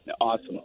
awesome